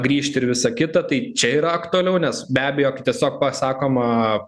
grįžt ir visa kita tai čia yra aktualiau nes be abejo kai tiesiog pasakoma